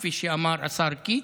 כפי שאמר השר קיש,